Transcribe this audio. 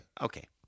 okay